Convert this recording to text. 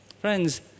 Friends